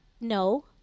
no